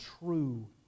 true